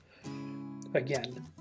again